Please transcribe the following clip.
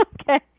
Okay